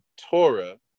Torah